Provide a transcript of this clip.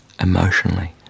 emotionally